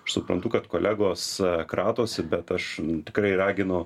aš suprantu kad kolegos kratosi bet aš tikrai raginu